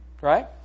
Right